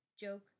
joke